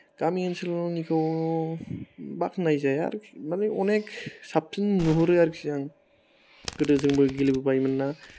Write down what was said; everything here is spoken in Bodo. गामि ओनसोलाव आंनिखौ बाख्नाय जायो आरोखि माने अनेक साबसिन नुहरो आरोखि आं गोदो जोंबो गेलेबोबायमोन्ना